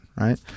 right